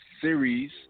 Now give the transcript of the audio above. Series